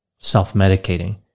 self-medicating